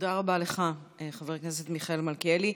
תודה רבה לך, חבר הכנסת מיכאל מלכיאלי.